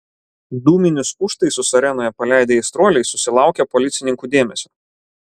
dūminius užtaisus arenoje paleidę aistruoliai susilaukia policininkų dėmesio